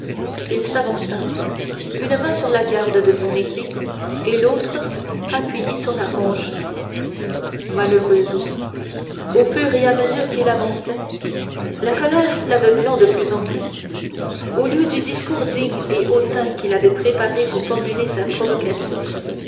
il s'avança une main sur la garde de son épée et l'autre appuyée sur la hanche malheureusement au fur et à mesure qu'il avançait la colère l'aveuglant de plus en plus au lieu du discours digne et hautain qu'il avait préparé pour formuler sa provocation